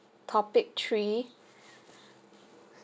topic three